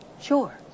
Sure